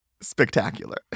spectacular